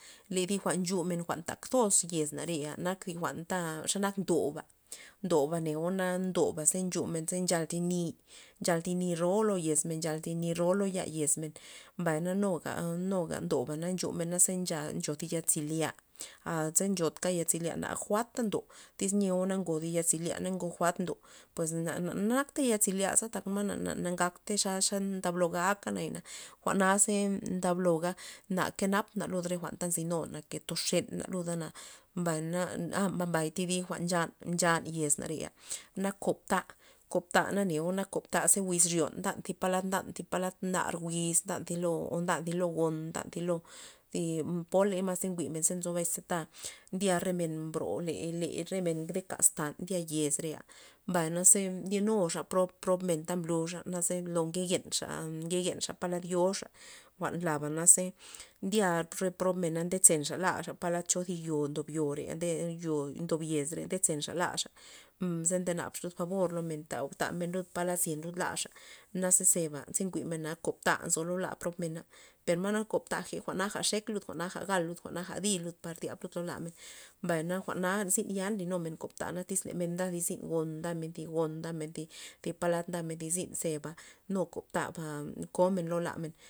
Le thi jwa'n nxumen jwa'n tak toz tez nareya nak thi jwa'nta xe nak ndoba', ndoba neo ndoba ze nxumen ze nchal thi ni', nchal thi ni' ro lo yez men nchal thi ni' ro lo ya yez men mbay na nuga nuga este ndoba nchumena na nchal thi yal zelya a se nxoga thi yal zelya na li jwa'ta ndo na nyeo ngo thi ya zelia na ngok jwa'd ndo pues nak nak ya zelya tak na- na ngaktey ndablo aka jwa'na za ndabloga na ke napna luda jwa'n ta nzin bxena luda na mbay na- na thi dib jwa'n nchan- nchan yez nare nak kob ta' na neo' kob ta ze wiz ryon ndan palad ndan palad nar wiz ndan thi o ndan thi lo won nady thi lo poled mas ze njwi'men nzo bes ta ndya re men nrio le- le re men nde ke gaz tan ndya yez re'a mbay naze ndyenuxa prob prob ta men mbluxa ze lo nke yenxa nke yenxa polad yoxa jwa'n laba naze ndya re prob mena ndya nde nuxa laxa palad ndo thi yo' po ndo thi yo yez re ze nenxa laxa ze nde nabza lud fabor lo men ta men lud palad zyen lud lamen naze zeba njwi'men na kob ta nzo lo la prob mena per ma na kob ta jwa'na nxek lud jwa'na gal lud jwa'na di lud lud lo lamen mbay na jwa'na zyn ya nlynumen kob ta ta tyz men nda thi zyn gon thy palad ndamen thi zyn zeba nu kob taba komen lo la men.